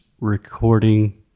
recording